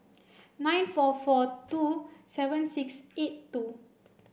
nine four four two seven six eight two